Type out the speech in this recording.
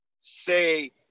say